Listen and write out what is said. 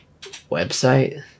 website